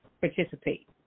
participate